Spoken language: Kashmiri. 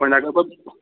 وۅنۍ اگر بہٕ